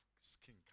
skin